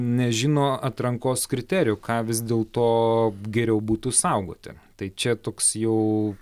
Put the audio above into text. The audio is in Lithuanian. nežino atrankos kriterijų ką vis dėlto geriau būtų saugoti tai čia toks jau